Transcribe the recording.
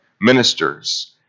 ministers